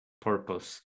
purpose